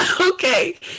Okay